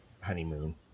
honeymoon